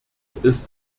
ist